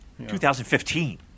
2015